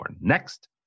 Next